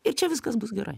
ir čia viskas bus gerai